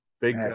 big